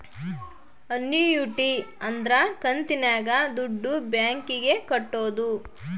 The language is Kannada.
ಅನ್ನೂಯಿಟಿ ಅಂದ್ರ ಕಂತಿನಾಗ ದುಡ್ಡು ಬ್ಯಾಂಕ್ ಗೆ ಕಟ್ಟೋದು